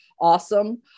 awesome